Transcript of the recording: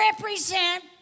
represent